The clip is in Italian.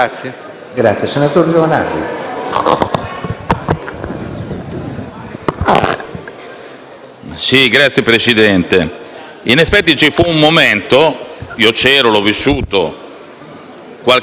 Signor Presidente, in effetti ci fu un momento - io c'ero e l'ho vissuto - qualche anno fa, in cui il Senato visse una giornata drammatica,